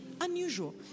unusual